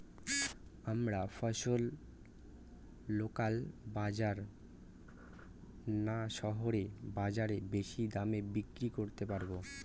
আমরা ফসল লোকাল বাজার না শহরের বাজারে বেশি দামে বিক্রি করতে পারবো?